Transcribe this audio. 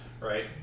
Right